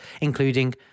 including